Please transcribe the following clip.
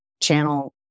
channel